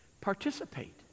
Participate